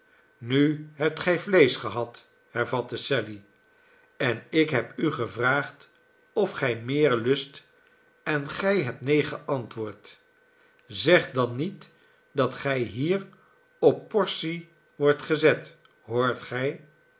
nu hebt gij vleesch gehad hervatte sally en ik heb u gevraagd of gij meer lust en gij hebt neen geantwoord zeg dan niet dat gij hier op portie wordt gezet hoort gij